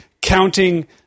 counting